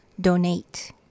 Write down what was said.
donate